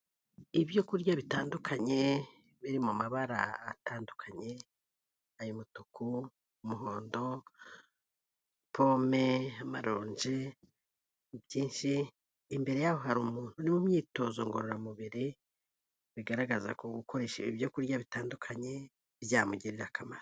Ibyo kurya bitandukanye, biri mu mabara atandukanye, ay'umutuku, umuhondo, pome, amaronji, byinshi, imbere yabo hari umuntu uri mu myitozo ngororamubiri, bigaragaza ko gukoresha ibi byo kurya bitandukanye byamugirira akamaro.